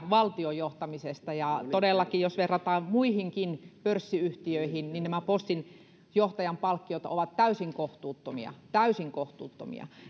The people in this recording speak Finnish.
valtion johtamisesta todellakin jos verrataan muihinkin pörssiyhtiöihin niin nämä postin johtajan palkkiot ovat täysin kohtuuttomia täysin kohtuuttomia